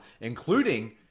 including